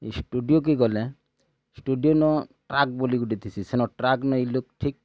ଏ ଷ୍ଟୁଡିଓକେ ଗଲେ ଷ୍ଟୁଡିଓ ନ ଟ୍ରାକ୍ ବୋଲି ଗୋଟି ଥିସି ଟ୍ରାକ୍